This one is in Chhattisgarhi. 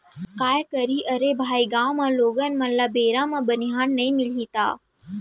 काय करही अरे भाई गॉंव म लोगन मन ल बेरा म बनिहार नइ मिलही त